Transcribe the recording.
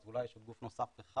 אז אולי יש עוד גוף נוסף אחד,